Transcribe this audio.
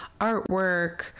artwork